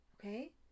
Okay